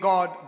God